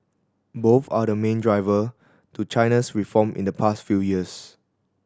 both are the main driver to China's reform in the past few years